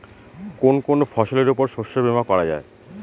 কোন কোন ফসলের উপর শস্য বীমা করা যায়?